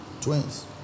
Twins